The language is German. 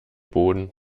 boden